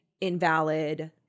invalid